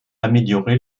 améliorer